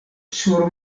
sur